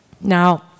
Now